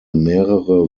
mehrere